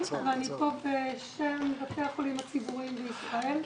עכשיו אני פה בשם בתי החולים הציבוריים בישראל.